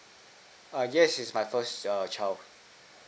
err yes it's my first err child